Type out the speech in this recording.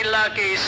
lucky